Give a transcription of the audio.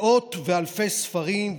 מאות ואלפי ספרים,